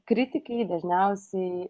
kritikai dažniausiai